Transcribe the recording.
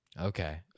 Okay